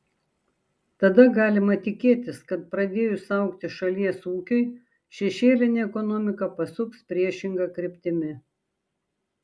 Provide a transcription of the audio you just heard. tada galima tikėtis kad pradėjus augti šalies ūkiui šešėlinė ekonomika pasuks priešinga kryptimi